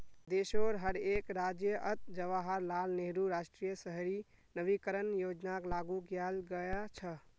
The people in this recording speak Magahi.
देशोंर हर एक राज्यअत जवाहरलाल नेहरू राष्ट्रीय शहरी नवीकरण योजनाक लागू कियाल गया छ